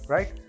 Right